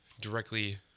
directly